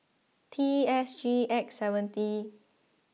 T S G X seventy